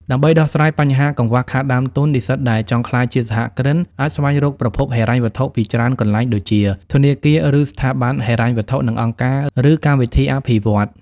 ដើម្បីដោះស្រាយបញ្ហាកង្វះខាតដើមទុន និស្សិតដែលចង់ក្លាយជាសហគ្រិនអាចស្វែងរកប្រភពហិរញ្ញវត្ថុពីច្រើនកន្លែងដូចជា ធនាគារ ឬស្ថាប័នហិរញ្ញវត្ថុ និងអង្គការ ឬកម្មវិធីអភិវឌ្ឍន៍។